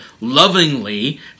lovingly